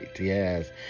yes